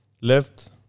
left